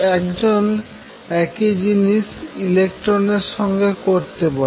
একজন একই জিনিস ইলেকট্রন এর সঙ্গে করতে পারে